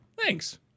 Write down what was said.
Thanks